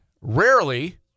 Rarely